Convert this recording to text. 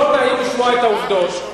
לא נעים לשמוע את העובדות.